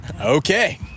Okay